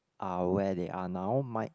are where they are now might